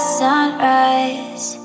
sunrise